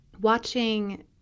watching